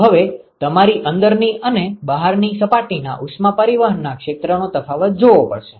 તો હવે તમારે અંદરની અને બહારની સપાટીના ઉષ્મા પરિવહનના ક્ષેત્રનો તફાવત જોવો પડશે